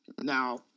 Now